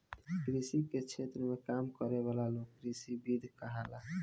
कृषि के क्षेत्र में काम करे वाला लोग कृषिविद कहाला